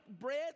bread